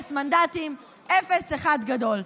אפס מנדטים, אפס אחד גדול.